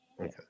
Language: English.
Okay